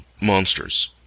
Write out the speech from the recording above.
monsters